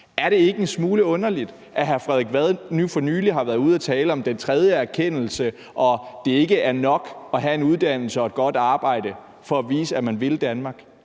Er det ikke en smule underligt, at hr. Frederik Vad lige for nylig har været ude at tale om den tredje erkendelse, og at det ikke er nok at have en uddannelse og et godt arbejde for at vise, at man vil Danmark?